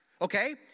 okay